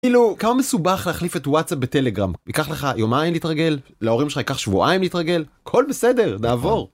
כאילו, כמה מסובך להחליף את וואטסאפ בטלגרם? ייקח לך יומיים להתרגל? להורים שלך ייקח שבועיים להתרגל? הכל בסדר, נעבור.